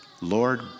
Lord